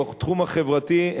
בתחום החברתי,